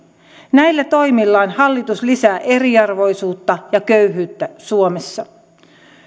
näillä toimillaan hallitus lisää eriarvoisuutta ja köyhyyttä suomessa